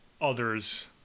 others